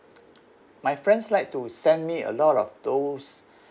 my friends like to send me a lot of those